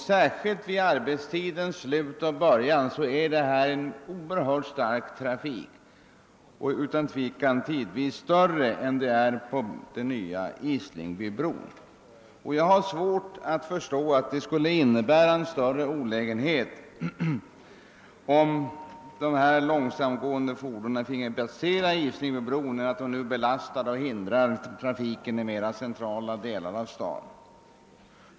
Särskilt vid arbetstidens slut och början är här en oerhört stark trafik, utan tvekan tidvis större än på den nya Islingbybron. Jag har svårt att förstå att det skulle innebära en större olägenhet, om dessa långsamtgående fordon finge passera Islingbybron i stället för att som nu belasta och hindra trafiken i mera centrala delar av staden.